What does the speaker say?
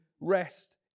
rest